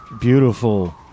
beautiful